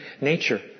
nature